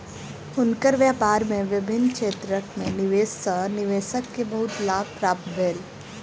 हुनकर व्यापार में विभिन्न क्षेत्र में निवेश सॅ निवेशक के बहुत लाभ प्राप्त भेल